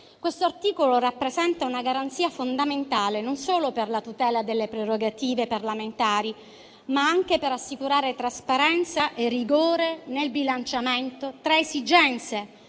Questo articolo rappresenta una garanzia fondamentale non solo per la tutela delle prerogative parlamentari, ma anche per assicurare trasparenza e rigore nel bilanciamento tra esigenze